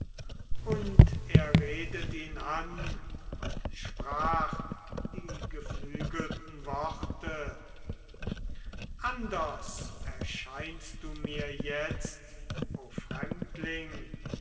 und sie redet ihn an und sprach die geflügelten worte lebe wohl o fremdling